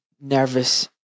nervous